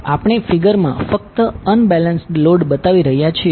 આપણે ફિગરમાં ફક્ત અનબેલેન્સ્ડ લોડ બતાવી રહ્યા છીએ